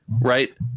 Right